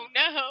no